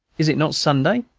is it not sunday?